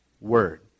word